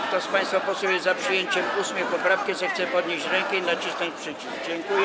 Kto z państwa posłów jest za przyjęciem 8. poprawki, zechce podnieść rękę i nacisnąć przycisk.